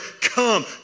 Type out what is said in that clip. Come